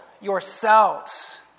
yourselves